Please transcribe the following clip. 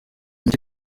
mike